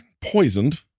poisoned